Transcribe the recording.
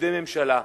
לפקידי הממשלה: